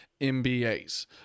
MBAs